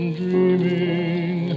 dreaming